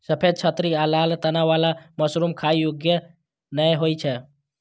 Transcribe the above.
सफेद छतरी आ लाल तना बला मशरूम खाइ योग्य नै होइ छै